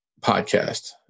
podcast